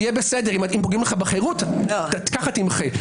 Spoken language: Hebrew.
אם פוגעים לך בחירות - כך תמחה.